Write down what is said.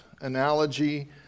analogy